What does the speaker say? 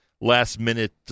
last-minute